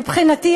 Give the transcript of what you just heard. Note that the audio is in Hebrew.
מבחינתי,